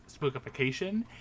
spookification